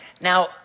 Now